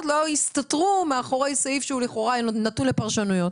לא יסתתרו מאחורי סעיף שהוא לכאורה נתון לפרשנויות.